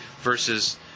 versus